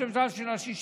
ראש הממשלה של השישה,